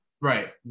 Right